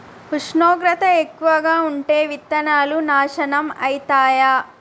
ఉష్ణోగ్రత ఎక్కువగా ఉంటే విత్తనాలు నాశనం ఐతయా?